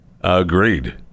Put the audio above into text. Agreed